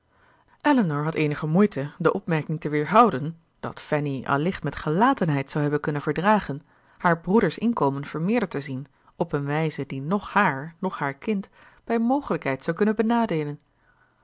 elinor had eenige moeite de opmerking te weerhouden dat fanny allicht met gelatenheid zou hebben kunnen verdragen haar broeder's inkomen vermeerderd te zien op een wijze die noch haar noch haar kind bij mogelijkheid zou kunnen benadeelen